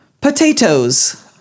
Potatoes